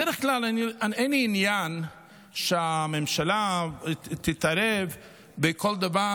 בדרך כלל אין לי עניין שהממשלה תתערב בכל דבר,